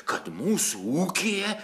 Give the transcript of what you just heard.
kad mūsų ūkyje